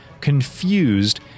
confused